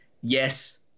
Yes